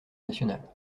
nationale